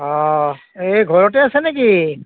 অঁ এই ঘৰতে আছে নেকি